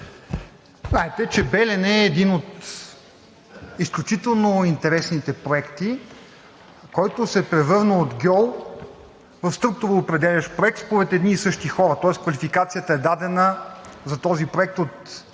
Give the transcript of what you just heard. Знаете, че „Белене“ е един от изключително интересните проекти, който се превърна от гьол в структуроопределящ проект според едни и същи хора, тоест квалификацията е дадена за този проект от едни